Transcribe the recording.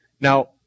Now